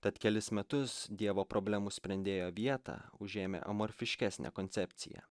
tad kelis metus dievo problemų sprendėjo vietą užėmė amorfiškesnė koncepcija